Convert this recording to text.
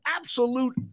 Absolute